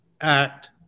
act